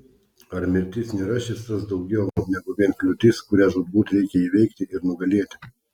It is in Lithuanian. ar mirtis nėra šis tas daugiau negu vien kliūtis kurią žūtbūt reikia įveikti ir nugalėti